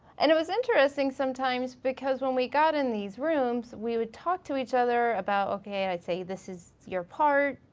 and it was interesting sometimes because when we got in these rooms, we would talk to each other about ok, i'd say this is your part,